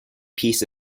piece